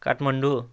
Kathmandu